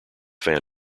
fan